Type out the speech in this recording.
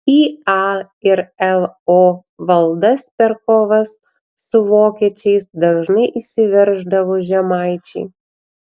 į a ir lo valdas per kovas su vokiečiais dažnai įsiverždavo žemaičiai